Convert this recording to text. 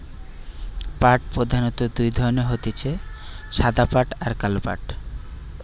পাট প্রধানত দুই ধরণের হতিছে সাদা পাট আর কালো পাট